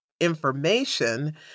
information